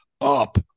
up